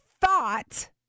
thought